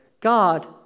God